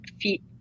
feet